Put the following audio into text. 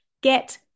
get